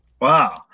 Wow